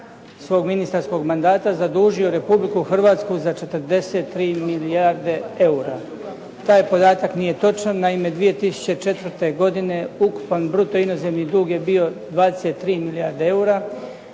svog ministarskog mandata zadužio RH za 43 milijarde eura. Taj podatak nije točan. Naime, 2004. godine ukupan bruto inozemni dug je bio 23 milijarde eura,